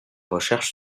recherches